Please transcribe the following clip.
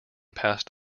passed